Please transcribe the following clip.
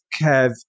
Kev